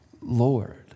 Lord